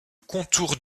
contour